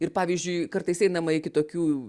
ir pavyzdžiui kartais einama iki tokių